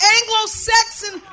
Anglo-Saxon